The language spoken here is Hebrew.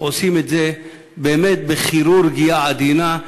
עושים את זה באמת בכירורגיה עדינה,